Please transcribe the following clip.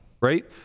right